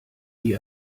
die